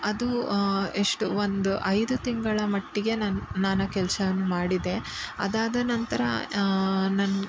ಅದು ಎಷ್ಟು ಒಂದು ಐದು ತಿಂಗಳ ಮಟ್ಟಿಗೆ ನಾನು ನಾನು ಕೆಲ್ಸವನ್ನು ಮಾಡಿದೆ ಅದಾದ ನಂತರ ನನ್ನ